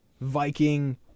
Viking